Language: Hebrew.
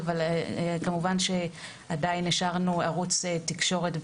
אבל כמובן שהשארנו ערוץ תקשורת.